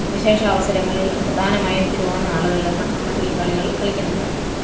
വിശേഷ അവസരങ്ങളിൽ പ്രധാനമായും തിരുവോണ നാളുകളാണ് നമ്മൾ ഈ കളികൾ കളിക്കുന്നത്